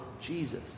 Jesus